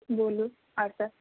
बोलू आर सब